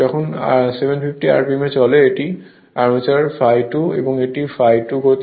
যখন 750 rpm চলে এটি আর্মেচারের ∅2 এবং এটি ∅2